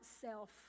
self